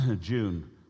June